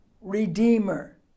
redeemer